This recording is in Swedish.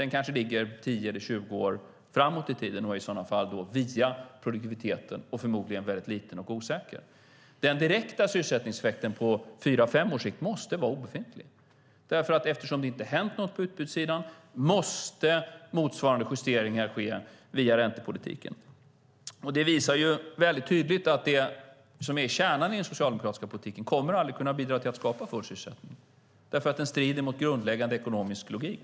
Den kanske ligger 10-20 år framåt i tiden och då i sådana fall via produktiviteten men är förmodligen väldigt liten och osäker. Den direkta sysselsättningseffekten på fyra fem års sikt måste vara obefintlig. Eftersom det inte hänt något på utbudssidan måste motsvarande justeringar ske via räntepolitiken. Det visar väldigt tydligt att det som är kärnan i den socialdemokratiska politiken aldrig kommer att kunna bidra till att skapa full sysselsättning. Den strider mot grundläggande ekonomisk logik.